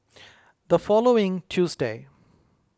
the following Tuesday